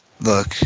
Look